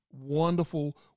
wonderful